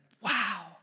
wow